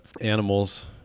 animals